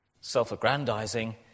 self-aggrandizing